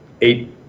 eight